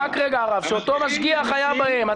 שאותו משגיח היה בהם.